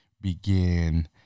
begin